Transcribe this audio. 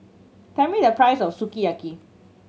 tell me the price of Sukiyaki